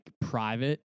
private